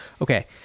okay